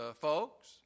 folks